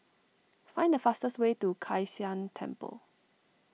find the fastest way to Kai San Temple